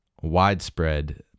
widespread